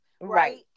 Right